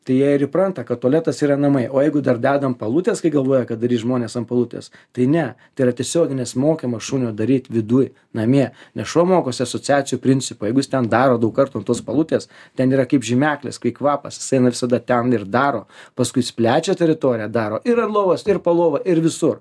tai jie ir įpranta kad tualetas yra namai o jeigu dar dedam palutes kai galvoja kad darys žmonės ant palutės tai ne tai yra tiesioginis mokymas šunio daryt viduj namie nes šuo mokosi asociacijų principu jeigu jis ten daro daug kartų an tos palutės ten yra kaip žymeklis kai kvapas jisai eina visada ten ir daro paskui jis plečia teritoriją daro ir ar lovos ir po lova ir visur